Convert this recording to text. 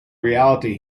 reality